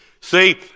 See